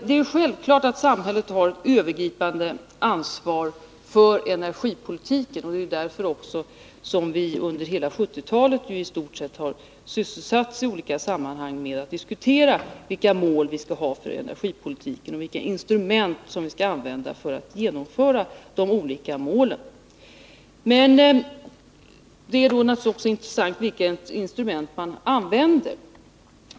Det är självklart att samhället har ett övergripande ansvar för energipolitiken. Det är därför som vi under hela 1970-talet i olika sammanhang diskuterat vilka mål vi skall ha för energipolitiken och vilka instrument vi skall använda för att genomföra dessa mål. Det är då naturligtvis intressant också vilka instrument man använder.